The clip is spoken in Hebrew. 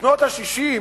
בשנות ה-60,